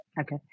okay